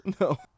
No